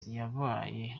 yabaye